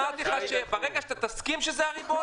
אמרתי לך שברגע שתסכים שזה הריבון,